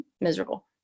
miserable